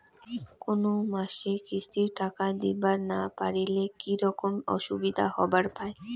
কোনো মাসে কিস্তির টাকা দিবার না পারিলে কি রকম অসুবিধা হবার পায়?